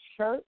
shirt